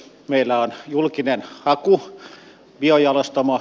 meillä on julkinen haku